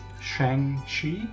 Shang-Chi